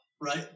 right